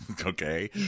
Okay